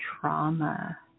trauma